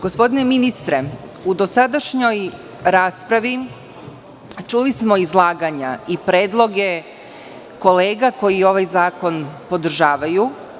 Gospodine ministre, u dosadašnjoj raspravi čuli smo izlaganja i predloge kolega koji ovaj zakon podržavaju.